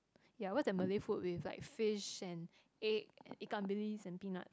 ya what's that Malay food with like fish and egg and ikan bilis and peanuts